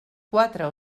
quatre